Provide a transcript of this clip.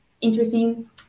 interesting